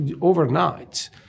overnight